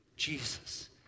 Jesus